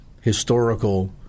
historical